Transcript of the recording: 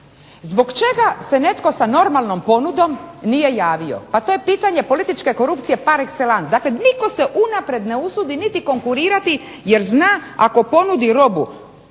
Zbog čega se netko sa normalnom ponudom nije javio? Pa to je pitanje političke korupcije par excellence. Dakle, nitko se unaprijed ne usudi niti konkurirati, jer zna, ako ponudi robu,